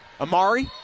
Amari